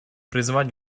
призвать